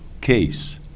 case